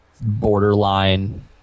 borderline